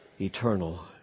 eternal